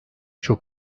çok